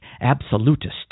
absolutist